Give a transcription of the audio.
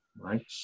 Right